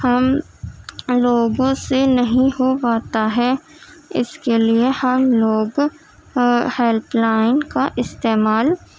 ہم لوگوں سے نہیں ہو پاتا ہے اس کے لیے ہم لوگ ہیلپ لائن کا استعمال